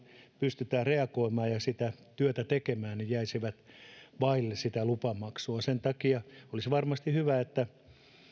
pystytään reagoimaan lupamaksuilla joilla sitä työtä pystytään tekemään jäisi vaille sitä lupamaksua sen takia olisi varmasti hyvä että